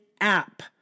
app